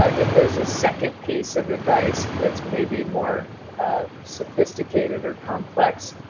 ah if there's a second piece of advice that's maybe more sophisticated or complex,